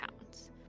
pounds